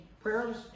prayers